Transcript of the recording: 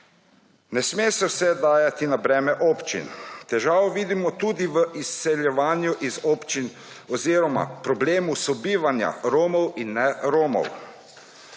Ne se vse dajati na breme občin. Težavo vidimo tudi v izseljevanju iz občin oziroma problemu sobivanja Romov in ne Romov.